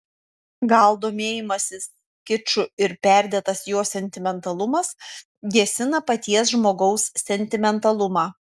gal domėjimasis kiču ir perdėtas jo sentimentalumas gesina paties žmogaus sentimentalumą